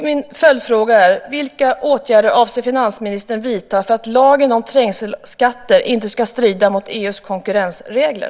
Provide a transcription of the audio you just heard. Min följdfråga är: Vilka åtgärder avser finansministern att vidta för att lagen om trängselskatter inte ska strida mot EU:s konkurrensregler?